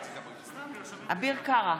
בעד אביר קארה,